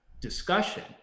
discussion